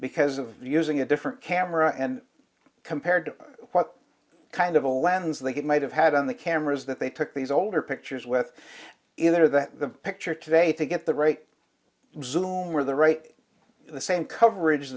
because of the using a different camera and compared to what kind of a lens they get might have had on the cameras that they took these older pictures with either that the picture today to get the right zoom or the right the same coverage